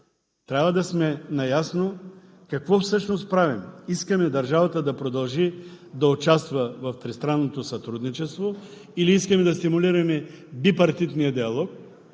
Трябва да сме наясно какво всъщност правим: искаме държавата да продължи да участва в тристранното сътрудничество или искаме да стимулираме бипартитния диалог,